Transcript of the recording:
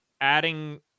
adding